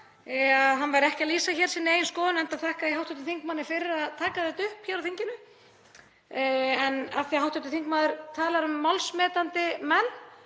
hann var ekki að lýsa sinni eigin skoðun, enda þakka ég hv. þingmanni fyrir að taka þetta upp hér á þinginu. En af því að hv. þingmaður talar um málsmetandi menn